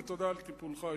ותודה על טיפולך,